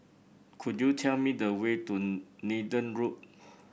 could you tell me the way to Nathan Road